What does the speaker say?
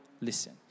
listen